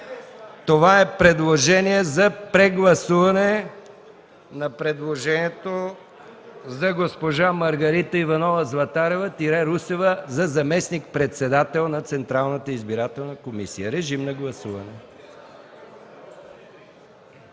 Това е предложение за прегласуване на предложението за госпожа Маргарита Иванова Златарева-Русева за заместник-председател на Централната избирателна комисия. Моля, режим на гласуване.